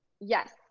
Yes